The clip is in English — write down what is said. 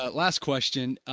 ah last question.